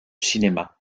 cinéma